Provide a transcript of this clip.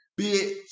bitch